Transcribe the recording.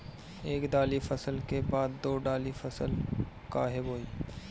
एक दाली फसल के बाद दो डाली फसल काहे बोई?